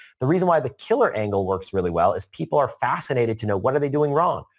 the reason why the killer angle works really well is people are fascinated to know what are they doing wrong.